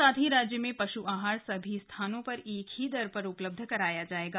साथ ही राज्य में पशु आहार सभी स्थानों पर एक ही दर पर उपलब्ध कराया जायेगा